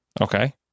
Okay